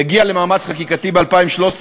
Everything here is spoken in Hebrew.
והגיעה למאמץ חקיקתי ב-2013,